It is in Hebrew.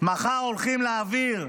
מחר הולכים להעביר,